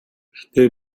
гэхдээ